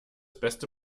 beste